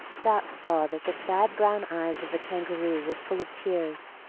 dot saw that the sad brown eyes of the kangaroo were full of tears,